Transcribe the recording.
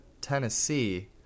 Tennessee